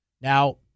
Now